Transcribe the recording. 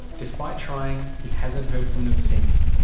despite trying, he hasn't heard from them since.